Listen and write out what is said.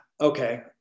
Okay